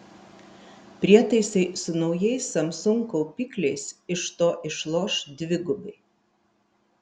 prietaisai su naujais samsung kaupikliais iš to išloš dvigubai